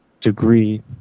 degree